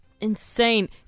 insane